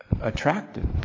attractive